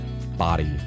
body